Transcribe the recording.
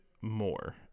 more